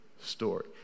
story